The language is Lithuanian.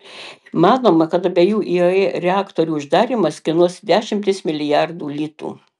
manoma kad abiejų iae reaktorių uždarymas kainuos dešimtis milijardų litų